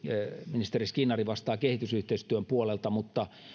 ministeri skinnari vastaa kehitysyhteistyön puolelta mutta